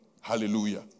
hallelujah